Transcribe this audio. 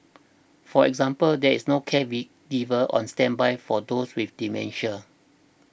for example there is no caregiver on standby for those with dementia